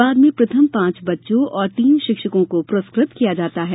बाद में प्रथम पांच बच्चों और तीन शिक्षकों को पुरस्कृत किया जाता है